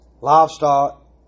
livestock